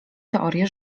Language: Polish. teorię